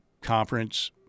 conference